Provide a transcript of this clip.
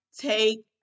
take